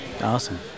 Awesome